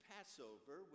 Passover